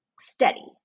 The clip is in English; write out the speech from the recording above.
steady